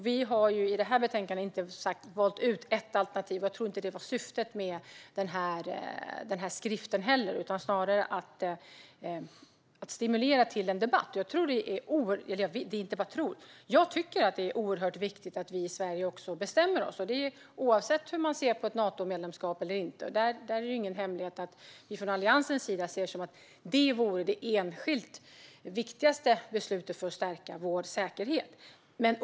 Vi har i detta utlåtande inte valt ut något alternativ, vilket jag heller inte tror var syftet med denna skrift. Syftet var snarare att stimulera till en debatt. Jag tycker att det är oerhört viktigt att vi i Sverige bestämmer oss, oavsett hur man ser på medlemskap i Nato. Det är ju ingen hemlighet att vi från Alliansens sida anser att det vore det enskilt viktigaste beslutet för att stärka vår säkerhet.